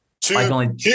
Two